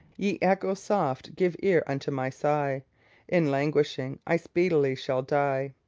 ye echoes soft, give ear unto my sigh in languishing i speedily shall die.